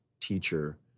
teacher